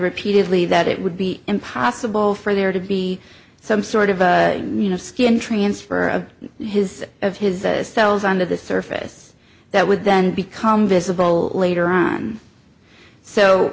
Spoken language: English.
repeatedly that it would be impossible for there to be some sort of you know skin transfer of his of his cells under the surface that would then become visible later on so